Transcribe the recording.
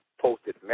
posted